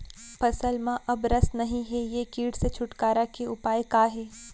फसल में अब रस नही हे ये किट से छुटकारा के उपाय का हे?